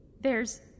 There's-